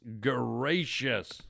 gracious